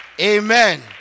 Amen